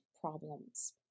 problems